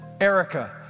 Erica